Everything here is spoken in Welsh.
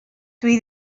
dwy